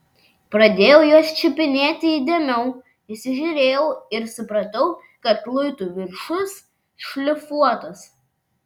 pradėjau juos čiupinėti įdėmiau įsižiūrėjau ir supratau kad luitų viršus šlifuotas